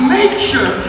nature